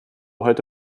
heute